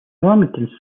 normanton